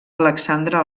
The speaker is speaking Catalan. alexandre